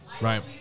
Right